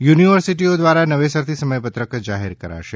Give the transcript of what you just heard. યુનિવર્સિટીઓ દ્વારા નવેસરથી સમયપત્રક જાહેર કરશે